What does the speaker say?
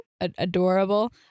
adorable